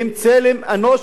הם צלם אנוש,